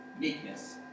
meekness